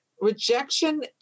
rejection